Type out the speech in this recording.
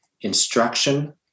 instruction